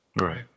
Right